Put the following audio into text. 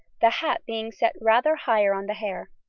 the hat being set rather higher on the hair.